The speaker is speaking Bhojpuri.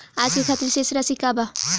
आज के खातिर शेष राशि का बा?